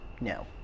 No